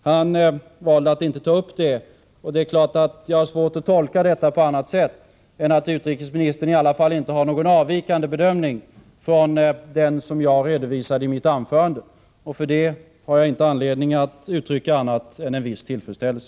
Han valde att inte ta upp det, varför jag har svårt att tolka det på annat sätt än att utrikesministern i alla fall inte har någon avvikande bedömning från den som jag redovisade i mitt anförande. För det har jag ingen anledning att uttrycka annat än viss tillfredsställelse.